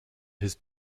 his